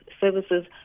services